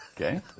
Okay